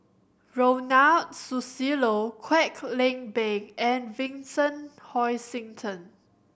Ronald Susilo Kwek Leng Beng and Vincent Hoisington